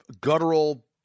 guttural